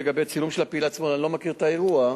לגבי צילום של הפעיל עצמו אני לא מכיר את האירוע,